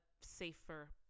safer